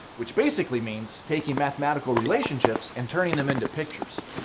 which basically means taking mathematical relationships and turning them into pictures.